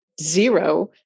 zero